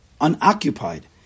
unoccupied